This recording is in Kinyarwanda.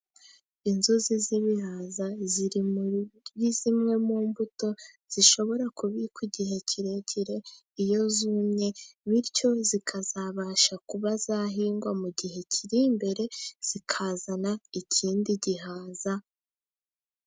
Inzuzi z'ibihaza ziri muri zimwe mu mbuto zishobora kubikwa igihe kirekire iyo zumye, bityo zikazabasha kuba zahingwa mu gihe kiri imbere, zikazana ikindi gihaza.